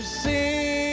sing